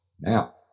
Now